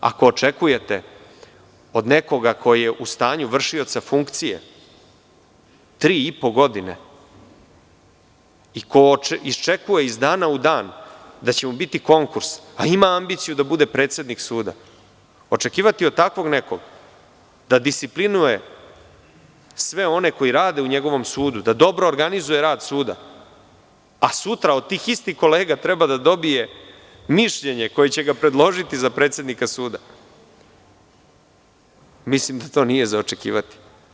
Ako očekujete od nekoga ko je u stanju vršioca funkcije tri i po godine i ko iščekuje iz dana u dan da će mu biti konkurs, a ima ambiciju da bude predsednik suda, da disciplinuje sve one koji rade u njegovom sudu, da dobro organizuje rad suda, a sutra od tih istih kolega treba da dobije mišljenje koje će ga predložiti za predsednika suda, onda mislim da to nije za očekivati.